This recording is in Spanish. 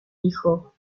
hijo